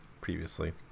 previously